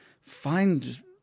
find